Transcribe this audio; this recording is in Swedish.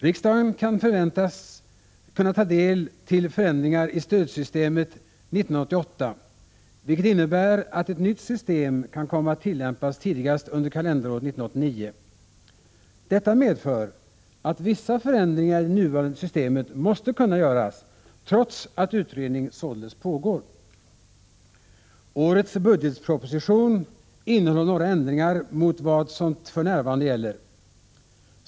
Riksdagen kan förväntas kunna ta ställning till förändringar i stödsystemet 1988, vilket innebär att ett nytt system kan komma att tillämpas tidigast under kalenderåret 1989. Detta medför att vissa förändringar i det nuvarande systemet måste kunna göras trots att utredningen således pågår. Årets budgetproposition innehåller några ändringar mot vad som för närvarande gäller.